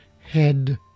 head